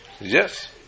Yes